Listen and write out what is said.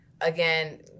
Again